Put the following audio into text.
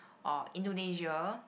or Indonesia